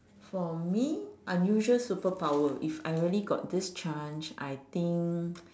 for me unusual superpower if I really got this chance I think